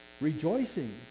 rejoicing